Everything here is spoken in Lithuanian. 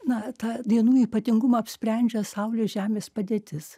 na tą dienų ypatingumą apsprendžia saulės žemės padėtis